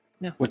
No